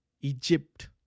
Egypt